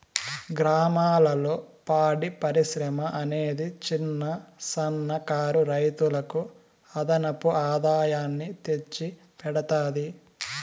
గ్రామాలలో పాడి పరిశ్రమ అనేది చిన్న, సన్న కారు రైతులకు అదనపు ఆదాయాన్ని తెచ్చి పెడతాది